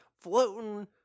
floating